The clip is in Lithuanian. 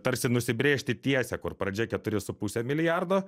tarsi nusibrėžti tiesę kur pradžia keturi su puse milijardo